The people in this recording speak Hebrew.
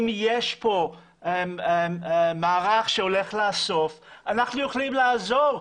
אם יש פה מערך שהולך לאסוף אנחנו יכולים לעזור.